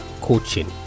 coaching